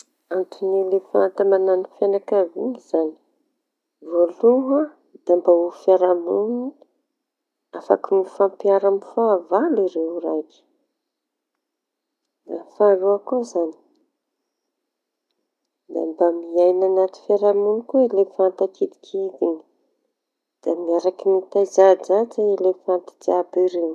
Antony nahatonga elefanta mañano fianakavia zañy voaloha da mba ho fiaraha- monina afaky maifampiaro amy ny fahavalo reo raiky. Da faharoa koa zañy da mba miaiña anaty fiaraha-monina koa elefanta kidikidy da miaraky mitaiza ajaja elefanta jiaby ireo.